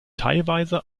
teilweise